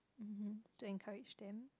um to encourage them